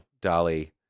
Dolly